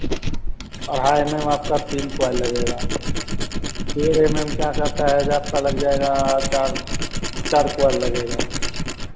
और ढाई M M आपका तीन क्वाईल लगेगा दो एम एम क्या कहता है जे आपका लग जाएगा चार चार क्वाईल लगेगा